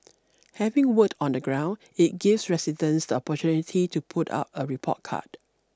having worked on the ground it gives residents the opportunity to put out a report card